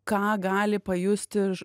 ką gali pajusti